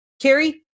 Carrie